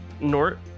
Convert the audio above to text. Nort